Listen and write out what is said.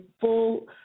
full